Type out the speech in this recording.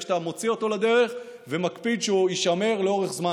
שאתה מוציא לדרך ומקפיד שהוא יישמר לאורך זמן,